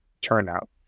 turnout